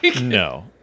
No